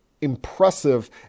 impressive